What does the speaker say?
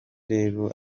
rero